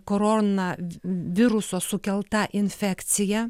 koronaviruso sukelta infekcija